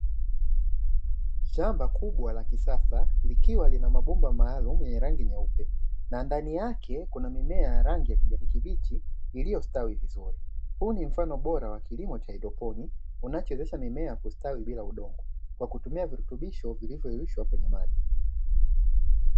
Mnyama poli aina ya tembo kuna mtu alie vamilia mavazi maalumu Eneo la wazi lililo zungukwa na mimea yenye uoto wa asili yenye rangi ya kijani kibichi. likiashilia enoe hili hutumika kuhifadhi wanyama poli hao.